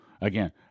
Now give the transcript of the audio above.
Again